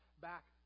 back